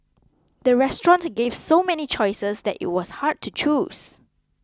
the restaurant gave so many choices that it was hard to choose